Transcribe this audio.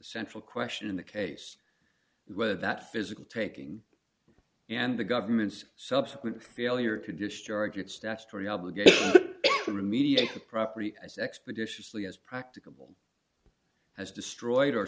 central question in the case whether that physical taking and the government's subsequent failure to discharge a statutory obligation to remediate the property as expeditiously as practicable has destroyed or